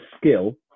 skill